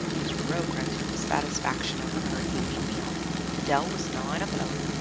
was row grunting with satisfaction over her evening meal fidel was gnawing a bone,